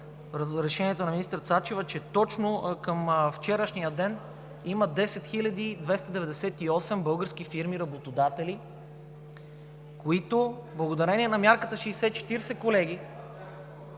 разрешението на министър Сачева, че точно към вчерашния ден има 10 298 български фирми-работодатели, които благодарение на мярката 60/40, колеги,